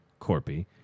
Corpy